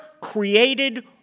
created